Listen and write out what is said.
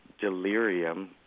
delirium